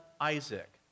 Isaac